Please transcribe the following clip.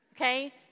Okay